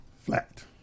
Flat